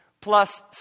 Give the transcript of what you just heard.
plus